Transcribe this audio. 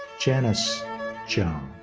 janice jiang.